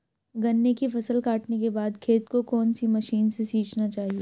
गन्ने की फसल काटने के बाद खेत को कौन सी मशीन से सींचना चाहिये?